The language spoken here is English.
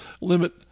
limit